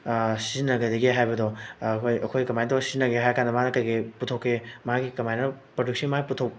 ꯁꯤꯖꯤꯟꯅꯒꯗꯒꯦ ꯍꯥꯏꯕꯗꯣ ꯑꯩꯈꯣꯏ ꯑꯩꯈꯣꯏ ꯀꯃꯥꯏꯅ ꯇꯧꯔꯒ ꯁꯤꯖꯤꯟꯅꯒꯦ ꯍꯥꯏꯔ ꯀꯥꯟꯗ ꯃꯥꯅ ꯀꯩꯀꯩ ꯄꯨꯊꯣꯛꯀꯦ ꯃꯥꯒꯤ ꯀꯃꯥꯏꯅ ꯄ꯭ꯔꯗꯛꯁꯤ ꯃꯥꯒꯤ